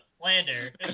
Slander